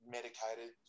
medicated